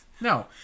no